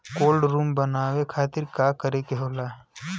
Cold room बनावे खातिर का करे के होला?